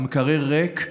המקרר ריק.